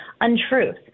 untruth